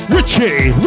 Richie